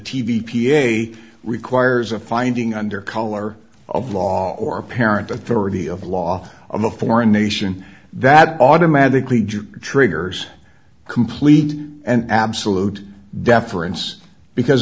a requires a finding under color of law or apparent authority of law i'm a foreign nation that automatically triggers complete and absolute deference because